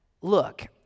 look